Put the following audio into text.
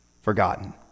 forgotten